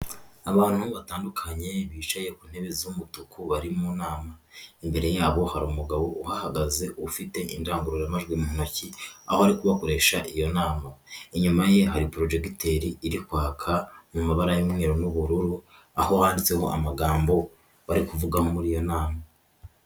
Abantu batandukanye bicaye ku ntebe z'umutuku bari mu nama, imbere yabo hari umugabo uhahagaze ufite indangururamajwi mu ntoki aho ari kubakoresha iyo nama. Inyuma ye hari porojegiteri iri kwaka mu mabara y'umweru n'ubururu, aho handitseho amagambo bari kuvugaho muri iyo nama.